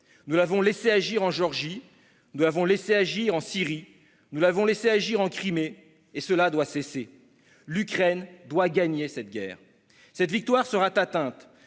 Nous l'avons laissé agir en Géorgie, nous l'avons laissé agir en Syrie, nous l'avons laissé agir en Crimée : cela doit cesser. L'Ukraine doit gagner cette guerre ! Cette victoire sera atteinte